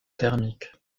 thermique